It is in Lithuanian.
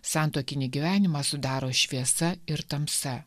santuokinį gyvenimą sudaro šviesa ir tamsa